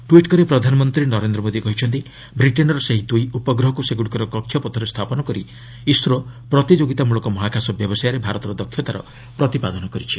tweet କରି ପ୍ରଧାନମନ୍ତ୍ରୀ ନରେନ୍ଦ୍ର ମୋଦି କହିଛନ୍ତି ବ୍ରିଟେନ୍ର ସେହି ଦୁଇ ଉପଗ୍ରହକୁ ସେଗୁଡ଼ିକର କକ୍ଷପଥରେ ସ୍ଥାପନ କରି ଇସ୍ରୋ ପ୍ରତିଯୋଗିତାମୂଳକ ମହାକାଶ ବ୍ୟବସାୟରେ ଭାରତର ଦକ୍ଷତାର ପ୍ରତିପାଦନ କରିଛି